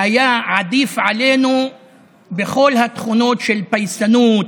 היה עדיף עלינו בכל התכונות של פייסנות,